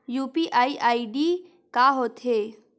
UPI ID का होथे?